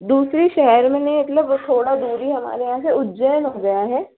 दूसरे शहर में नहीं मतलब वो थोड़ा दूरी हमारे यहाँ से उज्जैन हो गया है